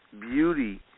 beauty